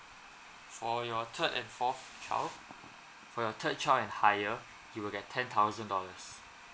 for your third and fourth child for your third child and higher you will get ten thousand dollars